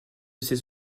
ces